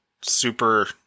super